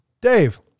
dave